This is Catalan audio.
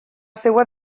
seua